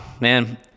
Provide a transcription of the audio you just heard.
Man